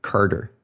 Carter